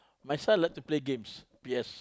my son likes to play games P_S